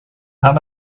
gaan